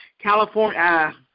California